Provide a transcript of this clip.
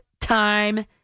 time